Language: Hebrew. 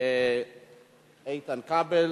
איתן כבל,